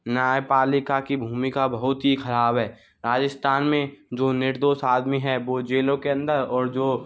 न्यायपालिका की भूमिका बहुत ही खराब है राजस्थान में जो निर्दोष आदमी है वो जेलों के अंदर और जो